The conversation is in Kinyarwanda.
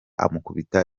amukubita